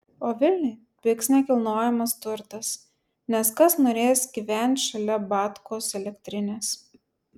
o vilniuj pigs nekilnojamas turtas nes kas norės gyvent šalia batkos elektrinės